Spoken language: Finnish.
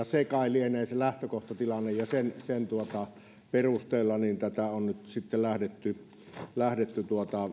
se kai lienee se lähtökohtatilanne ja sen sen perusteella tätä on nyt sitten lähdetty lähdetty